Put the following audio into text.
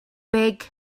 big